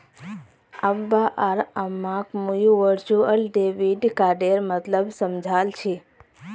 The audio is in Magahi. अब्बा आर अम्माक मुई वर्चुअल डेबिट कार्डेर मतलब समझाल छि